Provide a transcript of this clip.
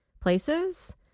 places